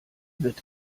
wird